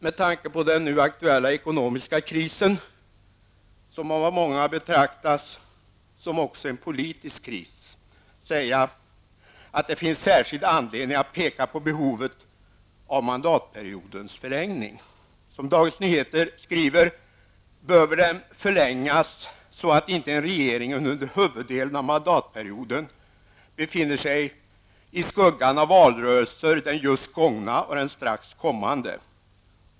Med tanke på den nu aktuella ekonomiska krisen, som av många också betraktas som en politisk kris, vill jag säga att det finns särskild anledning att peka på behovet av en förlängning av mandatperioden. Som DN skriver behöver den förlängas, så att inte en regering under huvuddelen av mandatperioden befinner sig i skuggan av valrörelser, den just gångna och den strax kommande.